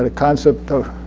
ah concept of